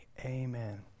Amen